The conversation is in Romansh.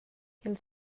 ils